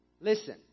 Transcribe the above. Listen